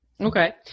Okay